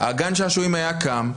גן השעשועים היה קם,